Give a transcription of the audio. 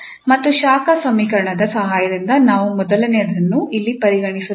ಮತ್ತು ಶಾಖ ಸಮೀಕರಣದ ಸಹಾಯದಿಂದ ನಾವು ಮೊದಲನೆಯದನ್ನು ಇಲ್ಲಿ ಪರಿಗಣಿಸುತ್ತೇವೆ